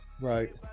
Right